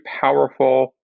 powerful